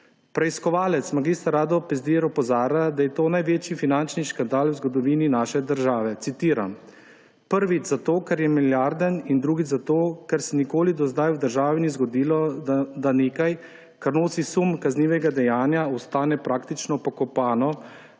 Preiskovalec mag. Rado Pezdir opozarja, da je to največji finančni škandal v zgodovini naše države, citiram »prvič zato, ker je milijarden, in drugič zato, ker se nikoli do zdaj v državi ni zgodilo, da nekaj, kar nosi sum kaznivega dejanja, ostane praktično pokopano,